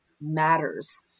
matters